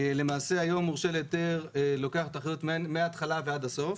היום מורשה להיתר לוקח את האחריות מהתחלה ועד הסוף.